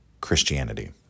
Christianity